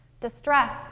distress